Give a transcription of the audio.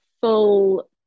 full